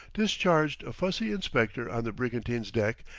discharged a fussy inspector on the brigantine's deck,